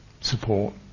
support